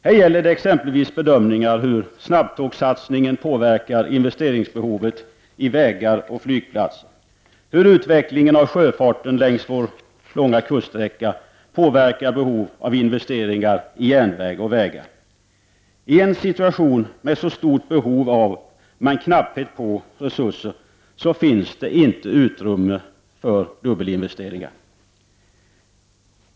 Här gäller det exempelvis bedömningar hur snabbtågssatsningen påverkar investeringsbehovet i vägar och flygplatser, hur utvecklingen av sjöfarten längs vår långa kusträcka påverkar behov av investeringar i järnväg och vägar. I en situation med så stort behov av men knapphet på resurser finns det inte utrymme för dubbelinvesteringar.